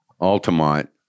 altamont